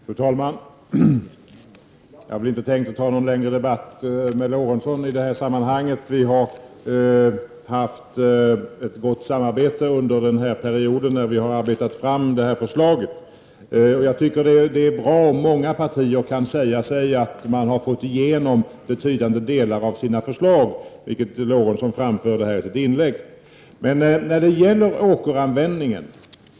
Fru talman! Jag hade inte tänkt att ta någon längre debatt med Sven Eric Lorentzon i det här sammanhanget. Vi har haft ett gott samarbete under den här perioden, då detta förslag har arbetats fram. Det är bra om många partier tycker sig ha fått igenom betydande delar av sina förslag, vilket också Sven Eric Lorentzon framförde i sitt inlägg.